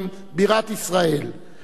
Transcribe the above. ובביקורך במדינתנו,